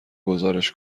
گزارش